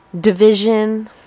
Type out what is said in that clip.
division